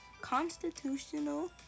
Constitutional